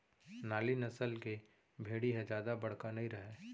नाली नसल के भेड़ी ह जादा बड़का नइ रहय